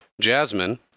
Jasmine